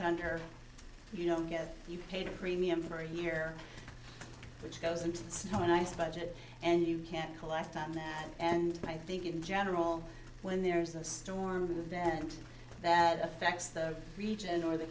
under you don't get you paid a premium for a year which goes into the snow and ice budget and you can't collect on that and i think in general when there's a storm that event that affects the region or the